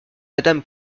madame